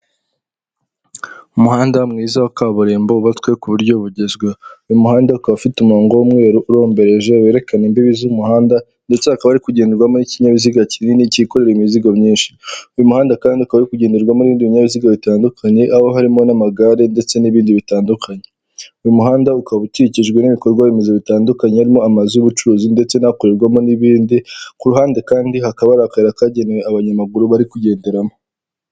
Umuhanda mwiza wa kaburimbo wubatswe ku buryo bugezweho. Uyu muhanda ukaba ufite umurongo w'umweru urombereje werekana imbibi z'umuhanda ndetse hakaba hari kugenderwamo n'ikinyabiziga kinini cyikorera imizigo myinshi. Uyu muhanda kandi ukaba uri kugenderwamo n'ibindi binyabiziga bitandukanye aho harimo n'amagare ndetse n'ibindi bitandukanye. Uyu muhanda ukaba ukikijwe n'ibikorwaremezo bitandukanye, harimo amazu y'ubucuruzi ndetse n'akorerwamo n'ibindi, ku ruhande kandi hakaba hari akayira kagenewe abanyamaguru bari kugenderamo.